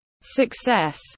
success